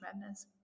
Madness